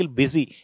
busy